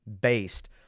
based